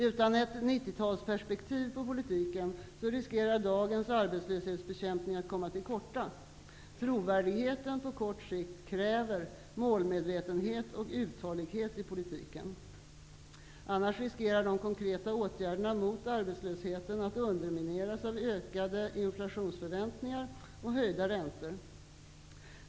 Utan ett nittiotalsperspektiv på politiken riskerar dagens arbetslöshetsbekämpning att komma till korta. Trovärdigheten på kort sikt kräver målmedvetenhet och uthållighet i politiken. Annars riskerar de konkreta åtgärderna mot arbetslösheten att undermineras av ökade inflationsförväntningar och höjda räntor.